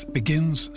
begins